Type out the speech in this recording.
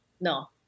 no